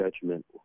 judgment